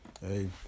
hey